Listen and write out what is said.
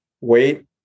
wait